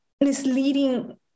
misleading